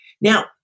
Now